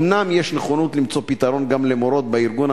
אומנם יש נכונות למצוא פתרון גם למורות בארגון